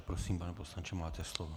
Prosím, pane poslanče, máte slovo.